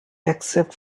except